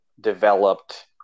developed